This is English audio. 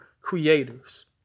creators